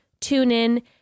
TuneIn